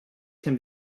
can